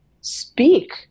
speak